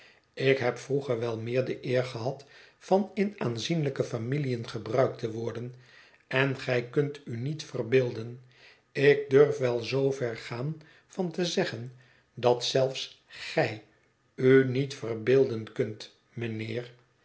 ik heb vroeger wel meer de eer gehad van in aanzienlijke familiën gebruikt te worden en gij kunt u niet verbeelden ik durf wel zoover gaan van te zeggen dat zelfs gij u niet verbeelden kunt mijnheer